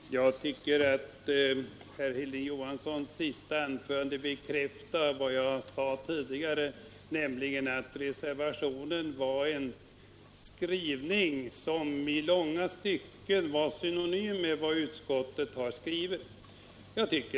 Herr talman! Jag tycker att herr Hilding Johanssons senaste anförande bekräftar vad jag sade tidigare, nämligen att reservationen har en skrivning som i långa stycken är synonym med vad utskottet skrivit.